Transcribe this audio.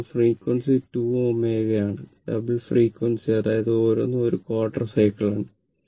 കാരണം frequency 2ω is ആണ് double frequency അതായത് ഓരോന്നും ഒരു ക്വാട്ടർ സൈക്കിൾ ആണ്